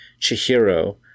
Chihiro